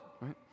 right